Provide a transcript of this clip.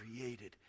created